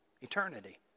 eternity